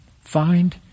Find